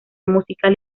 musical